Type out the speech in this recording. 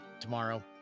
tomorrow